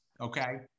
Okay